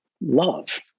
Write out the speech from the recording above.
love